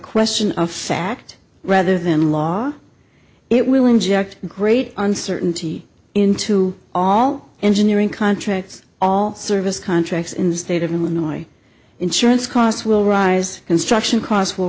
question of fact rather than law it will inject great uncertainty into all engineering contracts all service contracts in the state of illinois insurance costs will rise construction costs will